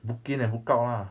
book in and book out ah